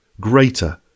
greater